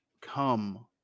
come